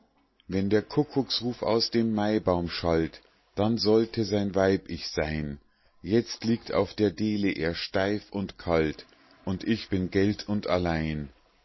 wenn der kuckucksruf aus dem maibaum schallt dann sollte sein weib ich sein jetzt liegt auf der deele er steif und kalt und ich bin gelt und allein